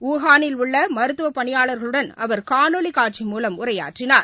உறானில் உள்ளமருத்துவபணியாளர்களுடன் அவர் காணொலிகாட்சி மூலம் உரையாற்றினார்